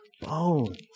bones